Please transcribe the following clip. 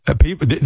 People